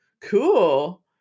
Cool